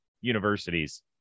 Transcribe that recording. universities